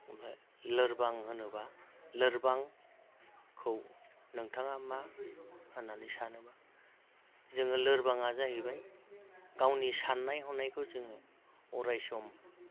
ओमफाय लोरबां होनोबा लोरबांखौ नोंथाङा मा होननानै सानोबा जोङो लोरबाङा जाहैबाय गावनि साननाय हनायखौ जोङो अराय सम